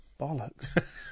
Bollocks